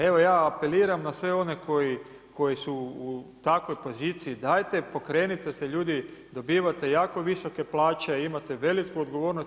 Evo ja apeliram na sve one koji su u takvoj poziciji dajte pokrenite se ljudi, dobivate jako visoke plaće, imate veliku odgovornost.